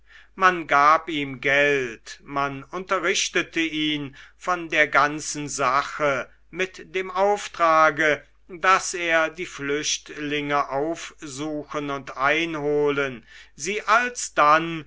man gab ihm geld man unterrichtete ihn von der ganzen sache mit dem auftrage daß er die flüchtlinge aufsuchen und einholen sie alsdann